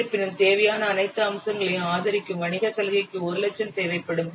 இருப்பினும் தேவையான அனைத்து அம்சங்களையும் ஆதரிக்கும் வணிக சலுகைக்கு 1 லட்சம் தேவைப்படும்